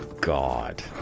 God